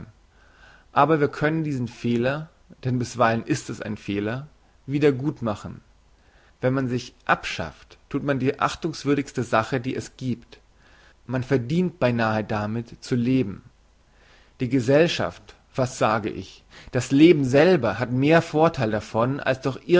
aber wir können diesen fehler denn bisweilen ist es ein fehler wieder gut machen wenn man sich abschafft thut man die achtungswürdigste sache die es giebt man verdient beinahe damit zu leben die gesellschaft was sage ich das leben selber hat mehr vortheil davon als durch